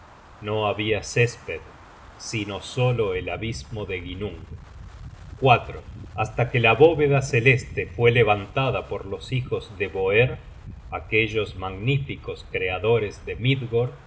no habia césped sino solo el abismo de ginnung hasta que la bóveda celeste fue levantada por los hijos de boer aquellos magníficos creadores de midgord